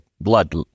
blood